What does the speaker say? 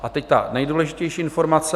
A teď ta nejdůležitější informace.